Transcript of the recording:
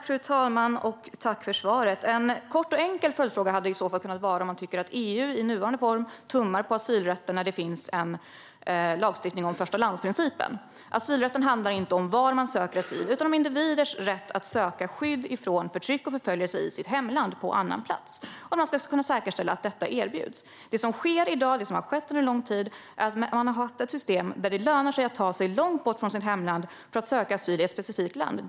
Fru talman! Jag vill tacka för svaret. En kort och enkel följdfråga hade kunnat vara om EU i nuvarande form tummar på asylrätten när det finns en lagstiftning om första-lands-principen. Asylrätten handlar inte om var man söker asyl utan om individers rätt att på annan plats söka skydd från förtryck och förföljelse i hemlandet. Man ska kunna säkerställa att detta erbjuds. Vi har i dag och har under lång tid haft ett system som innebär att det lönar sig att ta sig långt bort från sitt hemland för att söka asyl i ett specifikt land.